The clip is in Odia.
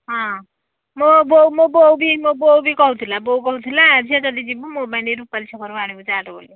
ହଁ ମୋ ବୋଉ ମୋ ବୋଉ ବି ମୋ ବୋଉ ବି କହୁଥିଲା ବୋଉ କହୁଥିଲା ଝିଅ ଯଦି ଯିବୁ ମୋ ପାଇଁ ଟିକେ ରୂପାଲୀ ଛକରୁ ଆଣିବୁ ଚାଟ ବୋଲି